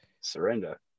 Surrender